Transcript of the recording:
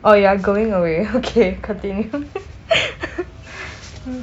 oh you're going away okay continue